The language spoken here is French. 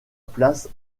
place